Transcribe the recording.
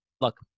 Look